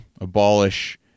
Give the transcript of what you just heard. abolish